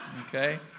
okay